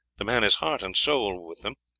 the man is heart and soul with them,